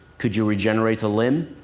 could you regenerate a limb?